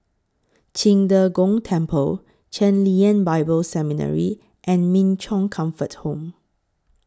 Qing De Gong Temple Chen Lien Bible Seminary and Min Chong Comfort Home